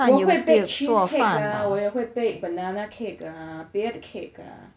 我会 bake cheesecake ah 我也会 bake banana cake ah 别的 cake ah